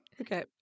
Okay